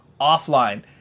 offline